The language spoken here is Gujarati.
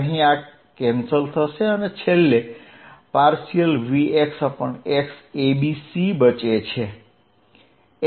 અહીં આ કેન્સલ થશે અને છેલ્લે vx∂xabc બચે છે